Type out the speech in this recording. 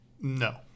no